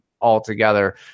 altogether